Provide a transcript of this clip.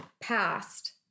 past